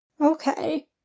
okay